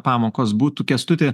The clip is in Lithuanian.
pamokos būtų kęstuti